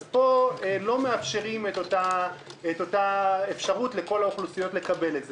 לא מאפשרים אותה אפשרות לכל האוכלוסיות לקבל את זה.